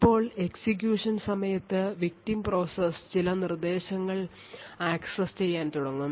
ഇപ്പോൾ എക്സിക്യൂഷൻ സമയത്ത് victim process ചില നിർദ്ദേശങ്ങൾ ആക്സസ് ചെയ്യാൻ തുടങ്ങും